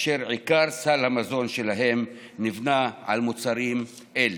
אשר עיקר סל המזון שלהן נבנה על מוצרים אלה.